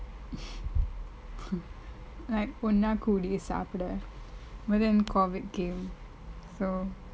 like ஒன்ன கூடி சாப்புட:onna koodi saapeda but then COVID came so